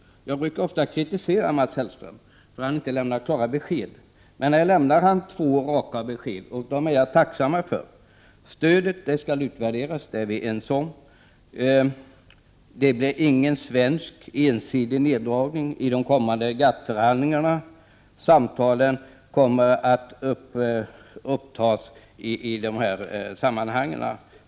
Jag brukar ofta kritisera Mats Hellström för att han inte lämnar klara besked. Men här lämnade han två raka besked, och det är jag alltså tacksam för. Stödet skall utvärderas — det är vi ense om. Det blir ingen svensk ensidig neddragning i de kommande GATT-förhandlingarna. Samtal kommer att tas upp i dessa sammanhang.